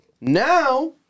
Now